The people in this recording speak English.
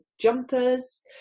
jumpers